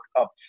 up